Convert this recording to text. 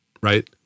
right